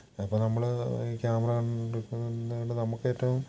ഇപ്പോൾ നമ്മൾ ഈ ക്യാമറ കൊണ്ട് ഇപ്പം നമുക്കേറ്റവും